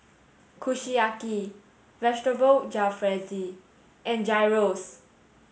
Kushiyaki Vegetable Jalfrezi and Gyros